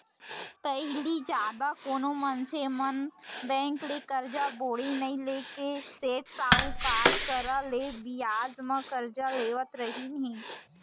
पहिली जादा कोनो मनसे मन बेंक ले करजा बोड़ी नइ लेके सेठ साहूकार करा ले बियाज म करजा लेवत रहिन हें